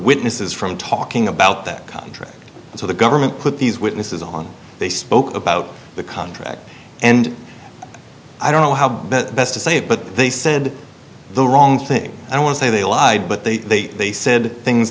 witnesses from talking about that contract so the government put these witnesses on they spoke about the contract and i don't know how best to say it but they said the wrong thing i want to say they lied but they they said things